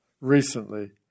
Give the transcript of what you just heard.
recently